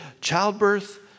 childbirth